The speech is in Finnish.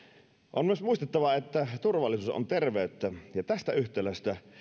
on myös muistettava että turvallisuus on terveyttä ja tästä yhtälöstä